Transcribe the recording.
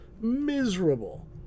miserable